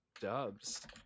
dubs